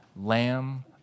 lamb